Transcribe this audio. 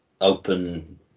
open